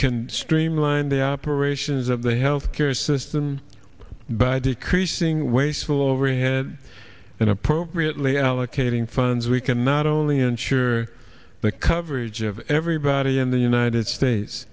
can streamline the operations of the health care system by decreasing wasteful overhead and appropriately allocating funds we can not only ensure the coverage of everybody in the united states